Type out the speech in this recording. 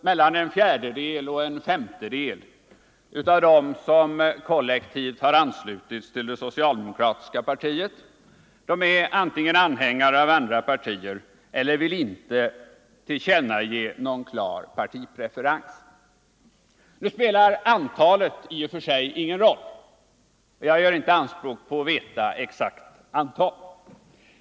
Mellan en fjärdedel och en femtedel av dem som kollektivt har anslutits till det socialdemokratiska partiet är antingen anhängare av andra partier eller vill inte tillkännage någon klar partipreferens. Nu spelar antalet i och för sig ingen roll. Jag gör inte anspråk på att veta något exakt antal.